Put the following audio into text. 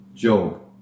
Job